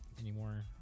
Anymore